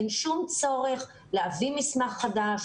אין שום צורך להביא מסמך חדש,